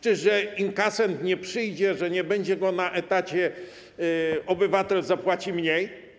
Czy z racji tego, że inkasent nie przyjdzie, że nie będzie go na etacie, obywatel zapłaci mniej?